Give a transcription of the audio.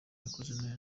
yakoze